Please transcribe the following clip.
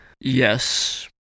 Yes